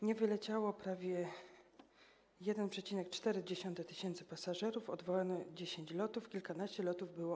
Nie wyleciało prawie 1,4 tys. pasażerów, odwołano 10 lotów, kilkanaście lotów było